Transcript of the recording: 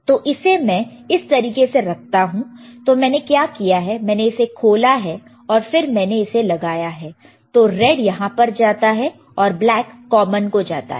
तो इसे मैं इस तरीके से रखता हूं तो मैंने क्या किया है मैंने इसे खुला है और फिर मैंने इसे लगाया है तो रेड यहां पर जाता है और ब्लैक कॉमन को जाता है